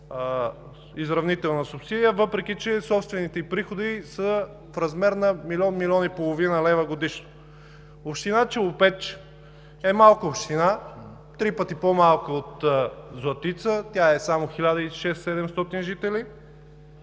изравнителна субсидия, въпреки че собствените ѝ приходи са в размер на милион – милион и половина лева годишно. Община Челопеч е малка община – три пъти по-малка от Златица, тя е само 1600 – 1700 жители,